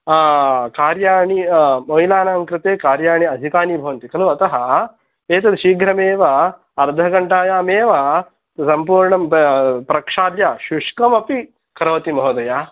कर्याणि महिलानां कृते कार्याणि अधिकानि भवन्ति खलु अतः एतत् शीघ्रमेव अर्धघण्टायामेव सम्पूर्णं प्र प्रक्षाल्य शुष्कमपि करोति महोदय